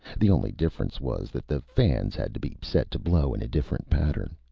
the only difference was that the fans had to be set to blow in a different pattern.